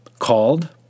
called